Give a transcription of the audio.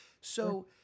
So-